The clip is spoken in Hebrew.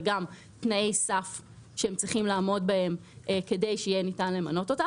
וגם תנאי סף שהם צריכים לעמוד בהם כדי שיהיה ניתן למנות אותם.